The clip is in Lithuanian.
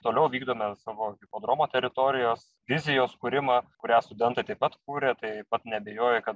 toliau vykdome savo hipodromo teritorijos vizijos kūrimą kurią studentai taip pat kuria taip pat neabejoju kad